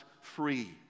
free